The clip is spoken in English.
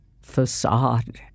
facade